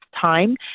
time